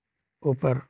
ऊपर